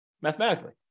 mathematically